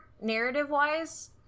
narrative-wise